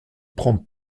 prend